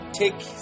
take